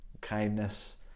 kindness